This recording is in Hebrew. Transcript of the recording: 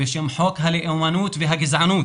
בשם חוק הלאומנות והגזענות